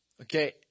Okay